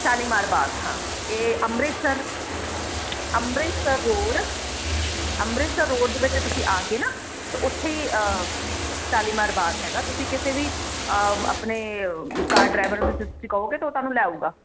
ਸ਼ਾਲੀਮਾਰ ਬਾਗ ਹਾਂ ਇਹ Amritsar Amritsar road Amritsar road ਦੇ ਵਿੱਚ ਤੁਸੀਂ ਆ ਕੇ ਨਾ ਤਾਂ ਉੱਥੇ ਸ਼ਾਲੀਮਾਰ ਬਾਗ ਹੈਗਾ ਤੁਸੀਂ ਕਿਸੇ ਵੀ ਆਪਣੇ ਕਾਰ ਡਰਾਈਵਰ ਨੂੰ ਕਹੋਗੇ ਤਾਂ ਉਹ ਥੋਨੂੰ ਲੈ ਆਉਂਗਾ